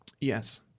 Yes